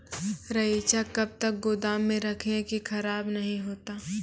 रईचा कब तक गोदाम मे रखी है की खराब नहीं होता?